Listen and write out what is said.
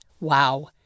Wow